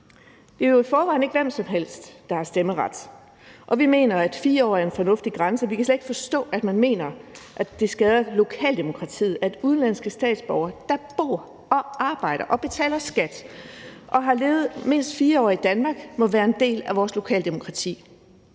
Det er jo i forvejen ikke hvem som helst, der har stemmeret, og vi mener, at 4 år er en fornuftig grænse. Vi kan slet ikke forstå, at man mener, at det skader lokaldemokratiet, at udenlandske statsborgere, der bor, arbejder, betaler skat og har levet mindst 4 år i Danmark, må være en del af vores lokaldemokrati.